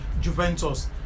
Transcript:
Juventus